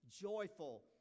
joyful